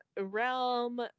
realm